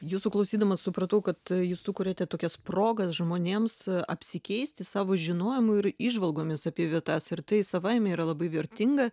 jūsų klausydama supratau kad jūs sukuriate tokias progas žmonėms apsikeisti savo žinojimu ir įžvalgomis apie vietas ir tai savaime yra labai vertinga